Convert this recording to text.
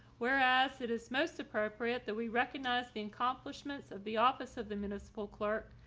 whereas it is most appropriate that we recognize the accomplishments of the office of the municipal clerk.